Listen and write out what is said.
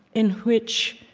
in which,